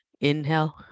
Inhale